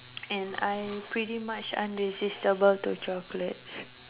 and I pretty much irresistable to chocolates